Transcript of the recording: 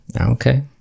Okay